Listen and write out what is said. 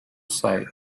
site